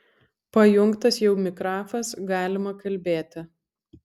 pajungtas jau mikrafas galima kalbėti